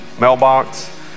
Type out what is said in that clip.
mailbox